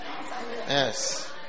Yes